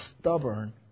stubborn